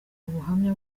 ubuhamya